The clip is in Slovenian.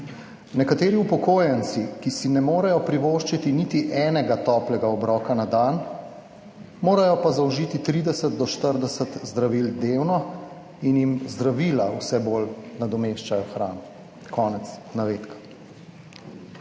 Nekateri upokojenci, ki si ne morejo privoščiti niti enega toplega obroka na dan, morajo pa zaužiti trideset do štirideset zdravil dnevno in jim zdravila vse bolj nadomeščajo hrano, konec navedka.